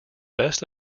best